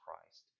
Christ